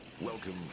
Welcome